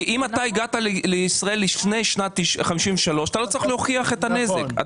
אם הגעת לישראל לפני שנת 1953 אתה לא צריך להוכיח את הנזק.